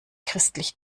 christlich